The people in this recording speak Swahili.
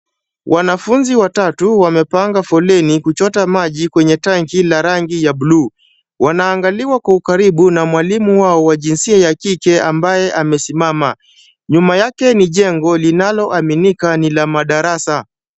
Wanafunzi watatu wamepanga foleni kuchota maji kwenye tanki la rangi ya buluu. Wanaangaliwa kwa ukaribu na mwalimu wao wa jinsia ya kike ambaye amesimama. Nyuma yake ni jengo linaloaminika ni la madarasa.